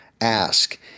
ask